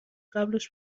قبلش